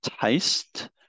taste